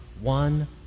one